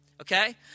okay